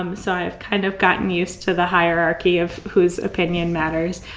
um so i've kind of gotten used to the hierarchy of whose opinion matters.